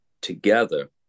together